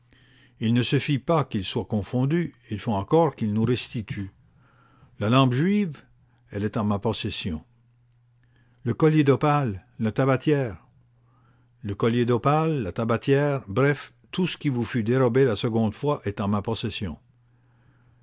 il ne suffit pas qu'il soit confondu il faut encore qu'il nous restitue la lampe juive elle est en ma possession le collier d'opales la tabatière le collier d'opales la tabatière bref tout ce qui vous fut dérobé la seconde fois est en ma possession